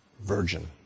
virgin